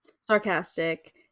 sarcastic